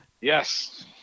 Yes